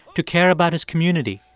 to care about his community,